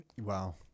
Wow